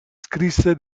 scrisse